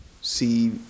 see